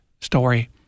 story